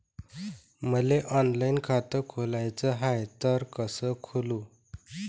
मले ऑनलाईन खातं खोलाचं हाय तर कस खोलू?